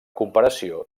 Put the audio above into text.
comparació